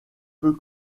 peu